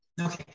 Okay